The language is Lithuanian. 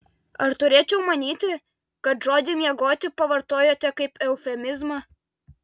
ar turėčiau manyti kad žodį miegoti pavartojote kaip eufemizmą